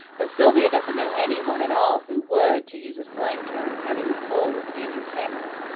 but sylvia doesn't know anyone at all who would, to use a slang term, have any pull with andrew cameron,